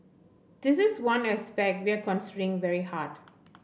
this is one aspect we are considering very hard